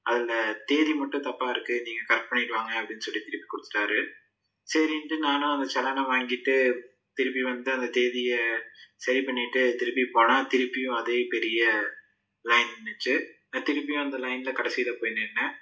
அதில் தேதி மட்டும் தப்பாக இருக்குது நீங்கள் கரெக்ட் பண்ணிவிட்டு வாங்க அப்படின்னு சொல்லி திருப்பி கொடுத்துட்டாரு சரின்ட்டு நானும் அந்த செலானை வாங்கிவிட்டு திருப்பி வந்து அந்த தேதியை சரி பண்ணிவிட்டு திருப்பி போனால் திருப்பியும் அதே பெரிய லைன் நின்றிச்சி நான் திரும்பியும் அந்த லைனில் கடைசியில் போய் நின்றேன்